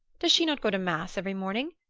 does she not go to mass every morning?